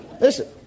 Listen